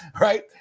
right